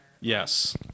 Yes